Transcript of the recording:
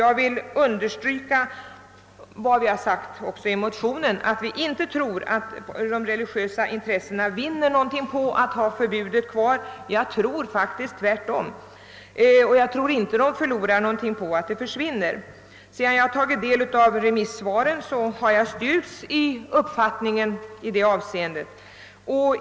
Jag vill också understryka vad vi uttalat i motionerna, nämligen att vi inte tror att de religiösa intressena vinner något på ett bibehållande av förbudet. Jag tror faktiskt att det är tvärtom. Inte heller förlorar de något på att det försvinner. Sedan jag tagit del av remissyttrandena har jag styrkts i min uppfattning i detta avseende.